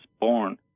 born